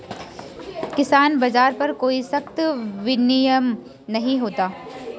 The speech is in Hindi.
किसान बाज़ार पर कोई सख्त विनियम नहीं होता